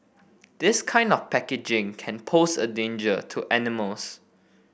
this kind of packaging can pose a danger to animals